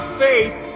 faith